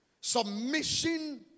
Submission